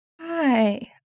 Hi